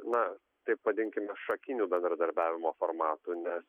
na taip vadinkime šakinių bendradarbiavimo formatų nes